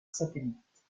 satellite